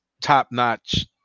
top-notch